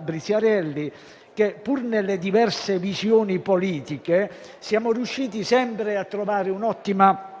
Briziarelli, con cui, pur nelle diverse visioni politiche, sono riuscito sempre a trovare un'ottima